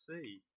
see